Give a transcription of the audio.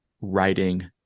writing